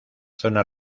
zonas